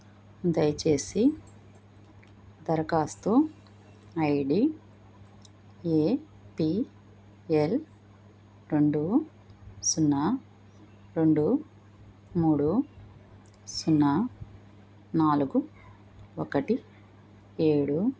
దయచేసి దరఖాస్తు ID A P L రెండు సున్నా రెండు మూడు సున్నా నాలుగు ఒకటి ఏడు